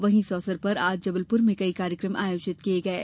वहीं इस अवसर पर आज जबलपुर में कई कार्यक्रम आयोजित किये गये